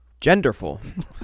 Genderful